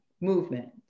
movement